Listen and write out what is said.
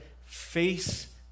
face